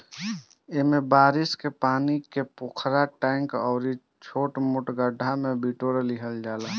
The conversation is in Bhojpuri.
एमे बारिश के पानी के पोखरा, टैंक अउरी छोट मोट गढ्ढा में बिटोर लिहल जाला